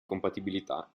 compatibilità